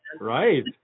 Right